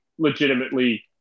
legitimately